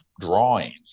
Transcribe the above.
drawings